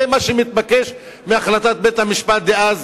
זה מה שמתבקש מהחלטת בית-המשפט דאז,